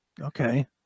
okay